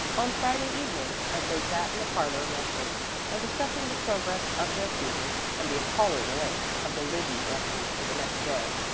on friday evening, as they sat in the parlor resting and discussing the progress of their pupils and the appalling length of the livy lesson for the next day,